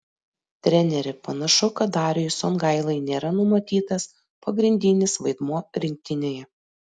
treneri panašu kad dariui songailai nėra numatytas pagrindinis vaidmuo rinktinėje